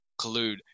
collude